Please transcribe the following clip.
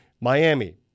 Miami